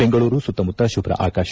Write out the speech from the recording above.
ಬೆಂಗಳೂರು ಸುತ್ತಮುತ್ತ ಶುಭ್ರ ಆಕಾಶ